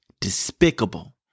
Despicable